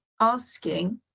asking